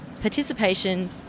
participation